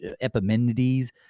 Epimenides